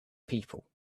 people